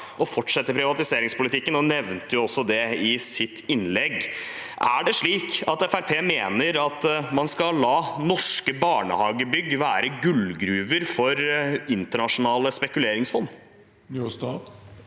å fortsette privatiseringspolitikken, og Njåstad nevnte det også i sitt innlegg. Mener Fremskrittspartiet at man skal la norske barnehagebygg være gullgruver for internasjonale spekuleringsfond?